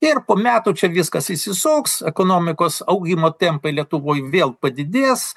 ir po metų čia viskas įsisuks ekonomikos augimo tempai lietuvoj vėl padidės